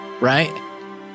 right